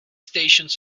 stations